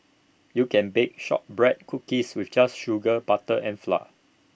you can bake Shortbread Cookies with just sugar butter and flour